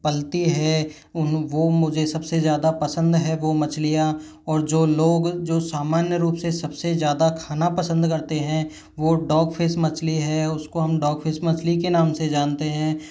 पलती है वो मुझे सबसे ज़्यादा पसंद है वो मछलियाँ और जो लोग जो सामान्य रूप से सबसे ज़्यादा खाना पसंद करते है वो डॉग फिश मछली है उसको हम डॉग फिश मछली के नाम से जानते है